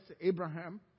Abraham